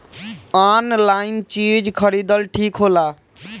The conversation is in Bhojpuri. आनलाइन चीज खरीदल ठिक होला?